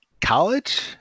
college